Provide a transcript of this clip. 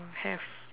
have